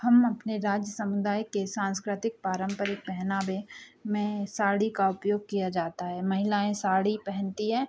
हम अपने राज्य समुदाय के साँस्कृतिक पारम्परिक पहनावे में साड़ी का उपयोग किया जाता है महिलाएँ साड़ी पहनती हैं